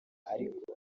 ariko